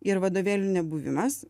ir vadovėlių nebuvimas